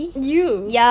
ya